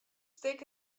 stik